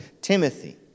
Timothy